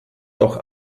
doch